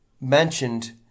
mentioned